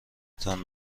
تان